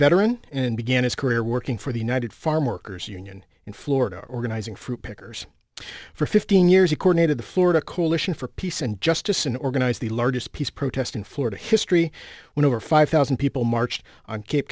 veteran and began his career working for the united farm workers union in florida organizing fruit pickers for fifteen years according to the florida coalition for peace and justice and organized the largest peace protest in florida history when over five thousand people marched on cape